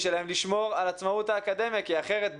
שלהם לשמור על עצמאות האקדמיה כי אחרת,